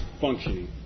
functioning